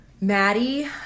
Maddie